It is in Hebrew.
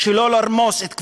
לא לרמוס את כבודו,